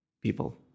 people